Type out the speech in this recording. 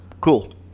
cool